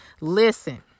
listen